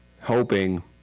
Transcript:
Hoping